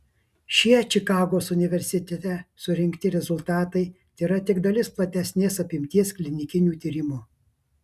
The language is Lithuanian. šie čikagos universitete surinkti rezultatai tėra tik dalis platesnės apimties klinikinių tyrimų